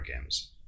games